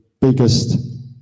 biggest